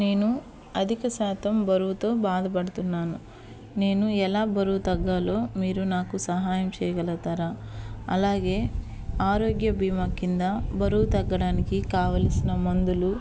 నేను అధిక శాతం బరువుతో బాధపడుతున్నాను నేను ఎలా బరువు తగ్గాలో మీరు నాకు సహాయం చేయగలతారా అలాగే ఆరోగ్య బీమా కింద బరువు తగ్గడానికి కావలసిన మందులు